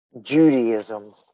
Judaism